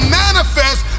manifest